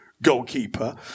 goalkeeper